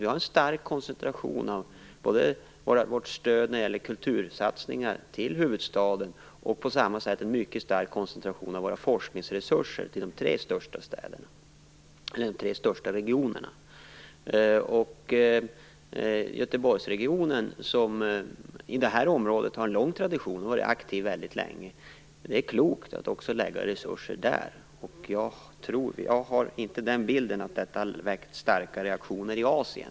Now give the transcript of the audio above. Vi har en stark koncentration av stöd för kultursatsningar i huvudstaden och samma starka koncentration av forskningsresurser till de tre största regionerna. Det är klokt att satsa resurser också på Göteborgsregionen, som har en lång tradition och länge har varit aktivt på detta område. Jag har inte uppfattat att vårt förslag har väckt starka reaktioner i Asien.